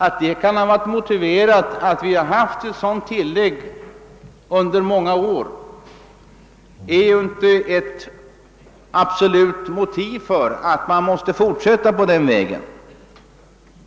Att vi under många år haft ett sådant tilllägg utgör inte något motiv för att man fortsätter på den vägen.